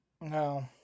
no